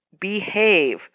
behave